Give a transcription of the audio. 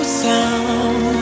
sound